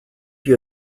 you